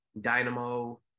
dynamo